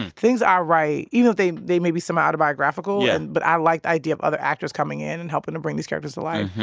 things i write, you know, they they may be semi-autobiographical. and but. yeah. i like the idea of other actors coming in and helping to bring these characters to life.